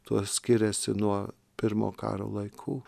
tuo skiriasi nuo pirmo karo laikų